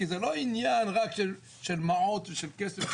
כי זה לא רק עניין של מעות או של כסף,